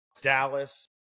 Dallas